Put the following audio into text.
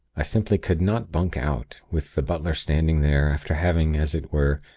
i simply could not bunk out, with the butler standing there, after having, as it were,